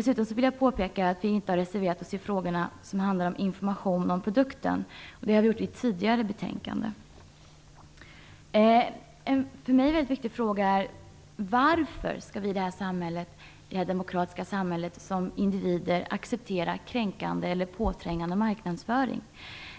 Dessutom vill jag påpeka att vi inte reserverat oss i frågorna om information om produkten, det har vi gjort i ett tidigare behandlat betänkande. En för mig viktig fråga är varför vi i ett demokratiskt samhälle som individer skall acceptera kränkande och påträngande marknadsföring.